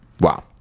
Wow